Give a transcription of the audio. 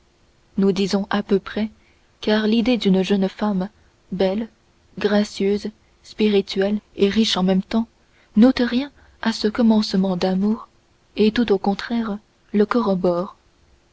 nous disons à peu près car l'idée qu'une jeune femme belle gracieuse spirituelle est riche en même temps n'ôte rien à ce commencement d'amour et tout au contraire le corrobore